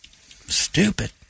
Stupid